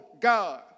God